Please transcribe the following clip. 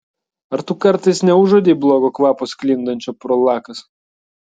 ar tu kartais neužuodei blogo kvapo sklindančio pro lakas